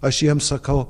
aš jiem sakau